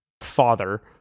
father